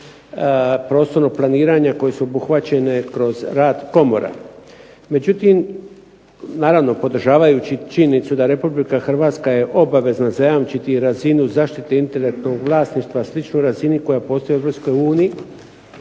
prostornog planiranja koje su obuhvaćene kroz rad komora. Međutim, naravno podržavajući činjenicu da Republika Hrvatska je obavezna zajamčiti razinu zaštite intelektualnog vlasništva sličnoj razini koja postoji u Europskoj uniji